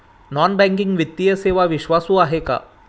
Non banking वित्तीय सेवा विश्वासू आहेत का?